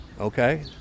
Okay